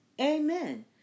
Amen